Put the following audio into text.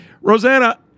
Rosanna